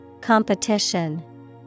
Competition